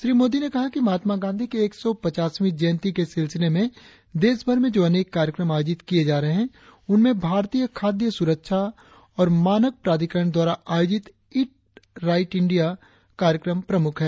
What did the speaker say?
श्री मोदी ने कहा कि महात्मा गांधी की एक सौ पचासवीं जयन्ती के सिलसिले में देशभर में जो अनेक कार्यक्रम आयोजित किए जा रहे है उनमें भारतीय खाद्य सुरक्षा और मानक प्राधिकरण द्वारा आयोजित ईट राइट इंडिया कार्यक्रम प्रमुख है